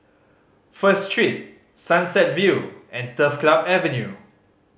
First Street Sunset View and Turf Club Avenue